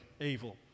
evil